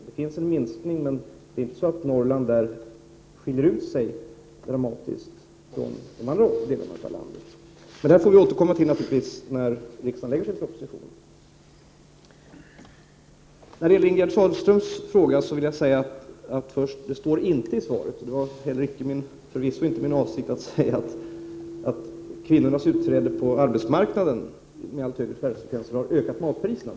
Det förekommer en minskning, men Norrland skiljer inte ut sig dramatiskt från de andra delarna av landet. Detta får vi naturligtvis återkomma till när regeringen lägger fram sin proposition. Till Ingegerd Sahlström vill jag säga att det inte står i svaret och att det förvisso inte var min avsikt att säga att kvinnornas inträde på arbetsmarkna 71 den, med den allt högre förvärvsfrekvensen, har ökat matpriserna.